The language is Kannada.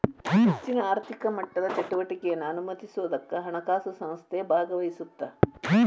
ಹೆಚ್ಚಿನ ಆರ್ಥಿಕ ಮಟ್ಟದ ಚಟುವಟಿಕೆನಾ ಅನುಮತಿಸೋದಕ್ಕ ಹಣಕಾಸು ಸಂಸ್ಥೆ ಭಾಗವಹಿಸತ್ತ